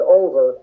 over